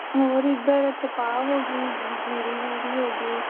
ਹੋਰ ਇੱਧਰ ਕਪਾਹ ਹੋ ਗਈ ਜੀਰੀ ਜੂਰੀ ਹੋ ਗਈ